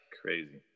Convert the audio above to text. crazy